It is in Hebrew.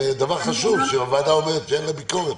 זה דבר חשוב שהוועדה אומרת שאין לה ביקורת,